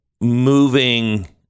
moving